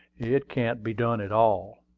it can't be done at all.